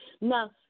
Now